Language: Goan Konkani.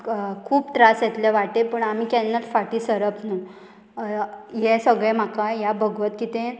खूब त्रास येतले वाटे पूण आमी केन्नाच फाटी सरप न्हू हे सगळें म्हाका ह्या भगवत कितें